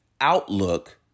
outlook